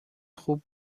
خوب